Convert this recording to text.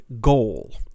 goal